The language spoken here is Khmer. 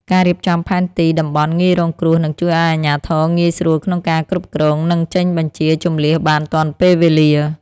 ការរៀបចំផែនទីតំបន់ងាយរងគ្រោះនឹងជួយឱ្យអាជ្ញាធរងាយស្រួលក្នុងការគ្រប់គ្រង និងចេញបញ្ជាជម្លៀសបានទាន់ពេលវេលា។